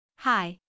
Hi